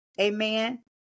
Amen